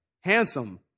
handsome